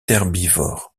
herbivore